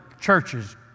churches